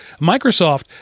microsoft